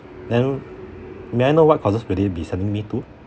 then may I know what courses will they be sending me to